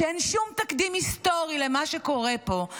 שאין שום תקדים היסטורי למה שקורה פה,